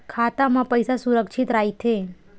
खाता मा पईसा सुरक्षित राइथे?